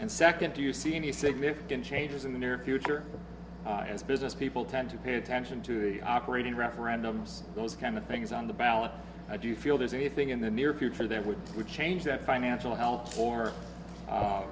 and second do you see any significant changes in the near future as business people tend to pay attention to operating referendums those kind of things on the ballot how do you feel there's anything in the near future that would change that financial help f